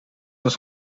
was